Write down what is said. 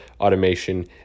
automation